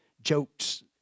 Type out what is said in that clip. jokes